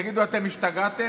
תגידו, אתם השתגעתם?